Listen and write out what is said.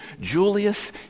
Julius